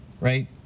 right